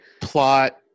plot